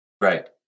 Right